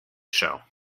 show